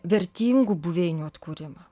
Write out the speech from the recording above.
vertingų buveinių atkūrimą